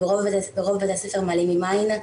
ברוב בתי הספר מעלימים עין,